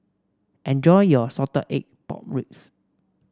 enjoy your Salted Egg Pork Ribs